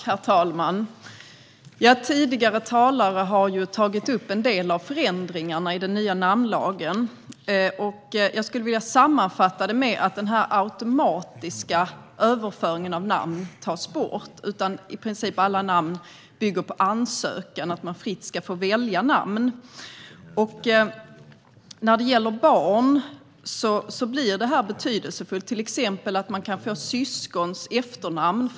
Herr talman! Tidigare talare har tagit upp en del av förändringarna i den nya namnlagen. Jag skulle vilja sammanfatta det med att den automatiska överföringen av namn tas bort. I princip bygger detta på att man ansöker om och fritt får välja namn. När det gäller barn blir detta betydelsefullt, till exempel att de kan få syskons efternamn.